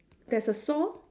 there's a saw